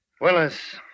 Willis